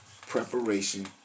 preparation